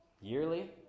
yearly